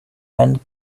went